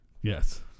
Yes